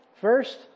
First